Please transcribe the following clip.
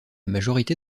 majorité